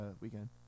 weekend